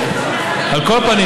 על כל פנים,